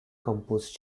composed